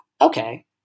okay